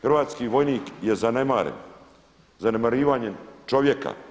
Hrvatski vojnik je zanemaren, zanemarivanjem čovjeka.